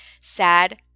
sad